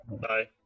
Bye